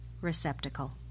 receptacle